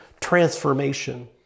transformation